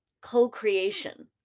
co-creation